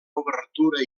obertura